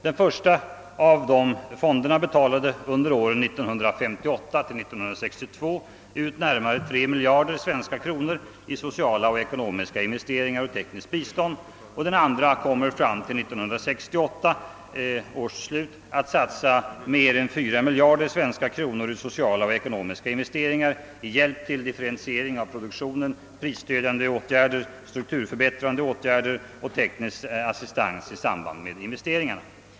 Den första av dessa betalade under åren 1958—1962 ut närmare 3 miljarder svenska kronor i sociala och ekonomiska investeringar och tekniskt bistånd. Den andra kommer fram till 1968 års slut att satsa mer än 4 miljarder svenska kronor i sociala och ekonomiska investeringar, hjälp till differentiering av produktionen, prisstödjande åtgärder, strukturförbättrande åtgärder och teknisk assistans i samband med investeringar.